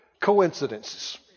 coincidences